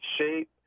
shape